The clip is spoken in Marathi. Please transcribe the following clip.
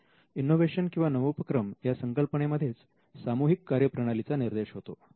आणि इनोव्हेशन किंवा नवोपक्रम या संकल्पने मध्येच सामूहिक कार्यप्रणालीचा निर्देश होतो